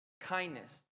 kindness